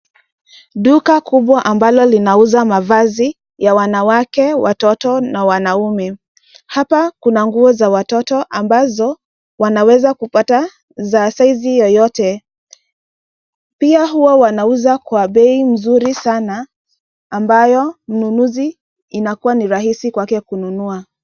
Duka kubwa ambalo linauza mavazi ya wanawake, watoto na wanaume. Hapa kuna nguo za watoto ambazo wanaweza kupata za size yoyote. Pia huwa wanauza kwa bei nzuri sana ambayo mnunuzi inakuwa ni rahisi kwake kununua.